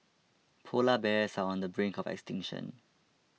Polar Bears are on the brink of extinction